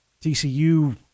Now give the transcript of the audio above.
TCU